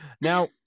Now